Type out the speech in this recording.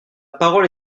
parole